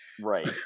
Right